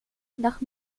nach